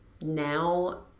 now